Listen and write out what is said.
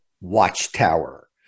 Watchtower